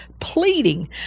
pleading